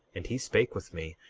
and he spake with me,